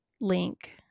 link